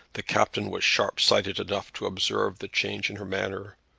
the captain was sharp-sighted enough to observe the change in her manner.